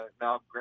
now